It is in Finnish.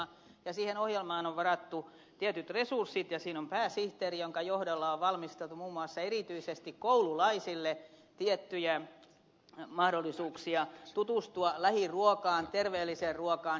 siihen ohjelmaan on varattu tietyt resurssit ja siinä on pääsihteeri jonka johdolla on valmisteltu muun muassa erityisesti koululaisille tiettyjä mahdollisuuksia tutustua lähiruokaan terveelliseen ruokaan